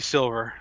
Silver